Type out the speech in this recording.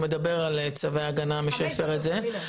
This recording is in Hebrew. מדבר על צווי הגנה ומי שהפר אותם,